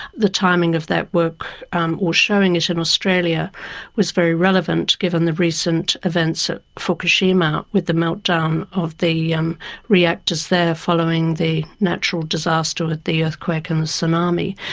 the timing of that work um or showing it in australia was very relevant given the recent events at fukushima with the meltdown of the um reactors there following the natural disaster with the earthquake and the tsunami.